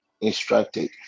instructed